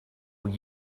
will